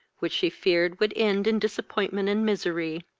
which she feared would end in disappointment and misery.